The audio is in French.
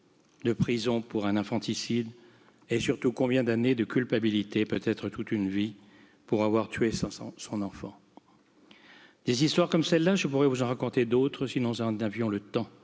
de prison pour un infanticide et surtout, combien d'années de culpabilité peut être toute une vie pour avoir tué son enfant. Des je pourrais vous en raconter d'autres si nous en avions le temps